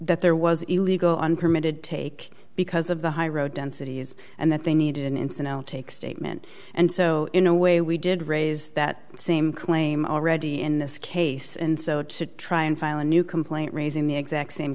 that there was illegal uncommitted take because of the high road densities and that they needed an instant take statement and so in a way we did raise that same claim already in this case and so to try and file a new complaint raising the exact same